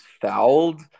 fouled